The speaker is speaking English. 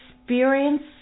experience